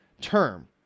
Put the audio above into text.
term